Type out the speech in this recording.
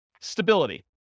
Stability